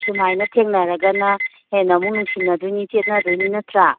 ꯁꯨꯃꯥꯏꯅ ꯊꯦꯡꯅꯔꯒꯅ ꯍꯦꯟꯅ ꯑꯃꯨꯛ ꯅꯨꯡꯁꯤꯅꯗꯣꯏꯅꯤ ꯆꯦꯠꯅꯗꯣꯏꯅꯤ ꯅꯠꯇ꯭ꯔ